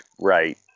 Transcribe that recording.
right